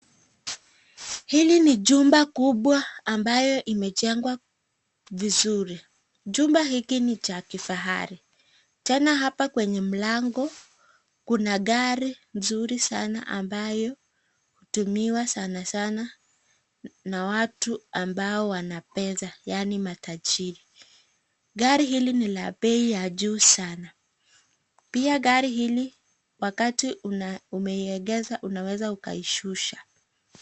Hii ni jumba kubwa ambayo imejengwa vizuri, jumba hiki ni cha kifahari, tena hapa kwenye mlango kuna gari nzuri sana ambayo hutumiwa sanasana na watu ambao wana pesa, yani matajiri. Gari hili ni la bei ya juu sana, pia gari hili wakati unaegeza unaweza ukaishusha.